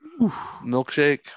milkshake